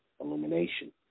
Illumination